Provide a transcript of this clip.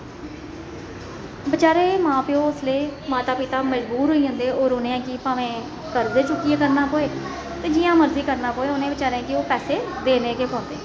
बचैरे मां प्यो उसलै माता पिता मजबूर होई जंदे होर उ'नें गी पवें कर्जा चुकियै करना पवे जि'यां मर्जी करना पवे उ'नें बचारें गी ओह् पैहे देने गै पोंदे